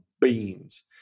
beans